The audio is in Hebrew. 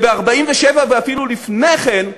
ב-1947, ואפילו לפני כן,